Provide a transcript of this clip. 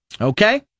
Okay